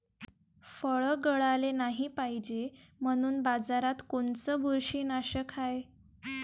फळं गळाले नाही पायजे म्हनून बाजारात कोनचं बुरशीनाशक हाय?